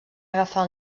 agafar